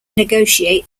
negotiate